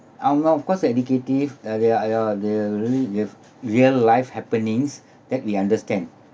I know of course educative uh they're or they're really with real life happenings that we understand